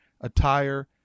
attire